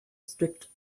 strict